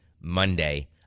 monday